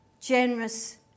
generous